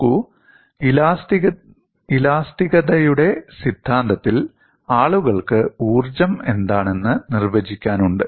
നോക്കൂ ഇലാസ്തികതയുടെ സിദ്ധാന്തത്തിൽ ആളുകൾക്ക് ഊർജ്ജം എന്താണെന്ന് നിർവചിക്കാനുണ്ട്